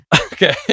Okay